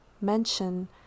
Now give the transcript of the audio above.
mention